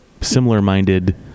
similar-minded